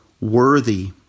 worthy